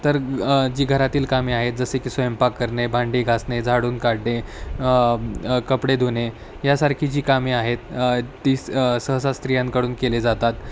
तर जी घरातील कामे आहेत जसे की स्वयंपाक करणे भांडी घासणे झाडून काढने कपडे धुणे यासारखी जी कामे आहेत ती सहसा स्त्रियांकडून केले जातात